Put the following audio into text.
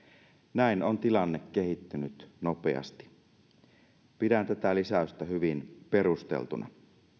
näin on tilanne kehittynyt nopeasti pidän tätä lisäystä hyvin perusteltuna